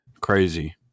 Crazy